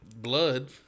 blood